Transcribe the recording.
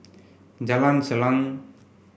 Jalan Salang